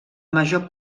major